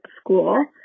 school